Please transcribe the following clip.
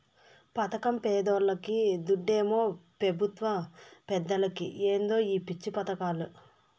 పదకం పేదోల్లకి, దుడ్డేమో పెబుత్వ పెద్దలకి ఏందో ఈ పిచ్చి పదకాలు